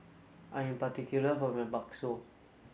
I am particular about my Bakso